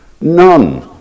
none